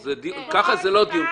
ככה זה לא דיון,